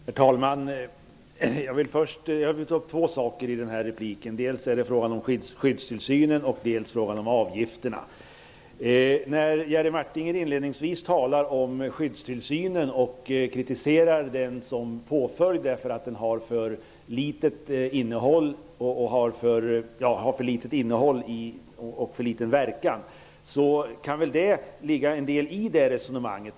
Herr talman! Jag vill ta upp två saker i den här repliken. Det gäller dels frågan om skyddstillsynen, dels frågan om avgifterna. Jerry Martinger talade inledningsvis om skyddstillsynen och kritiserade den som påföljd, därför att den har för litet innehåll och för liten verkan. Det kan väl ligga en del i det resonemanget.